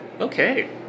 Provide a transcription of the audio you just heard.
Okay